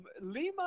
Lima